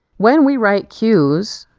when we write cues,